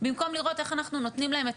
במקום לראות איך אנחנו נותנים להם את